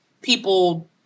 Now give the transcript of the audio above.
people